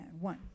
one